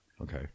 Okay